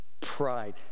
pride